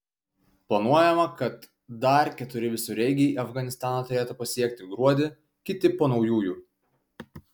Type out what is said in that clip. planuojama kad dar keturi visureigiai afganistaną turėtų pasiekti gruodį kiti po naujųjų